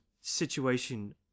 situation